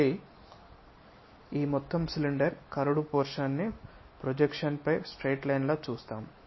మళ్ళీ ఈ మొత్తం సిలిండర్ కర్వ్డ్ పోర్షన్ ని ప్రొజెక్షన్ పై స్ట్రెయిట్ లైన్ లా చూస్తాము